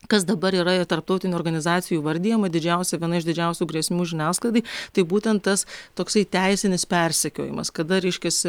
kas dabar yra tarptautinių organizacijų įvardijama didžiausia viena iš didžiausių grėsmių žiniasklaidai tai būtent tas toksai teisinis persekiojimas kada reiškiasi